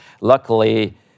Luckily